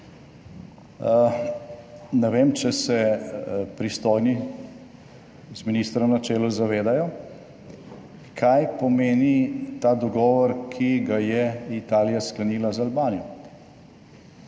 Ne vem, če se pristojni z ministrom na čelu zavedajo, kaj pomeni ta dogovor, ki ga je Italija sklenila z Albanijo?